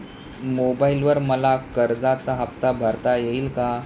मोबाइलवर मला कर्जाचा हफ्ता भरता येईल का?